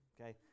okay